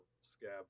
scab